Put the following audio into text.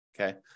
okay